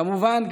כמובן,